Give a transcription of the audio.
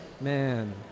man